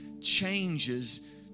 Changes